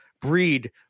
breed